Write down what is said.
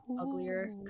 uglier